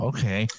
Okay